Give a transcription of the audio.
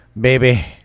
baby